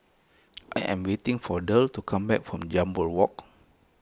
I am waiting for Derl to come back from Jambol Walk